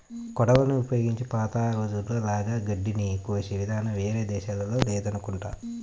కొడవళ్ళని ఉపయోగించి పాత రోజుల్లో లాగా గడ్డిని కోసే ఇదానం వేరే దేశాల్లో లేదనుకుంటా